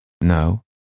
No